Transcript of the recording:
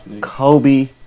Kobe